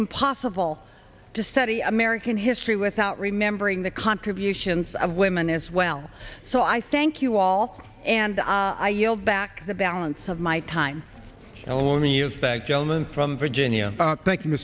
impossible to study american history without remembering the contributions of women as well so i thank you all and i yield back the balance of my time along the years that gentleman from virginia thanking the